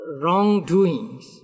wrongdoings